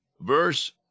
Verse